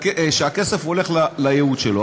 שהכסף הולך לייעוד שלו.